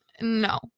no